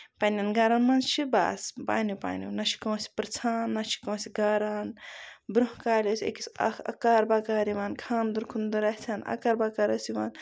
پَنٕنٮ۪ن گرَن منٛز چھِ بَس پانیو پانیو نہ چھُ کٲنسہِ پرٕژھان نہ چھُ کٲنسہِ گاران برونہہ کالہِ ٲسۍ أکِس اکھ اَکار بَکار یِوان خاند کُندر آسن اَکار بَکار ٲسۍ یِوان